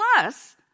plus